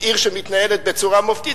עיר שמתנהלת בצורה מופתית,